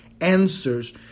answers